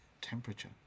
temperature